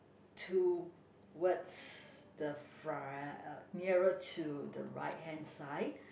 towards the front uh nearer to the right hand side